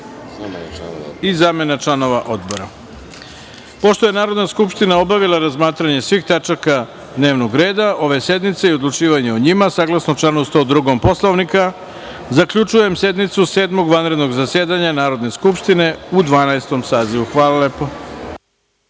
i zamena članova odbora. Pošto je Narodna skupština obavila razmatranje svih tačaka dnevnog reda ove sednice i odlučivanje o njima, saglasno članu 102. Poslovnika Narodne skupštine, zaključujem sednicu Sedmog vanrednog zasedanja Narodne skupštine Republike